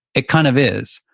it kind of is.